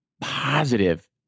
positive